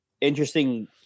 interesting